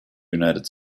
united